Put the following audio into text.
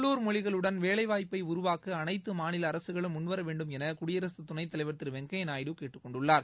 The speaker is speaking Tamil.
உள்ளுர் மொழிகளுடன் வேலை வாய்ப்பை உருவாக்க அனைத்து மாநில அரசுகளும் முனவரவேண்டும் குடியரசுத் துணைத் தலைவர் திரு வெங்கைய்யா நாயுடு கேட்டுக்கொண்டுள்ளார்